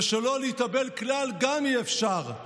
ושלא להתאבל כלל אי-אפשר.